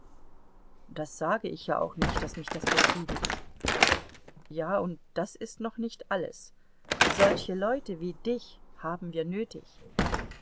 das sage ich ja auch nicht daß mich das befriedigt ja und das ist noch nicht alles solche leute wie dich haben wir nötig